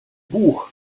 buch